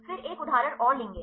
फिर एक उदाहरण और लेंगे